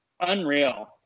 Unreal